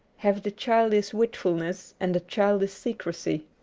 have the childish wilfulness and the childish secrecy.